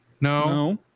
No